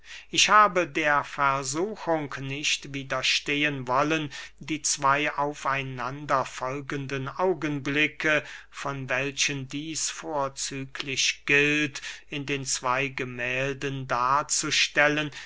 ich habe der versuchung nicht widerstehen wollen die zwey auf einander folgenden augenblicke von welchen dieß vorzüglich gilt in den zwey gemählden darzustellen